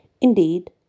Indeed